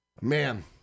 man